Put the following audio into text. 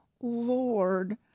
Lord